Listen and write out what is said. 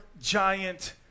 giant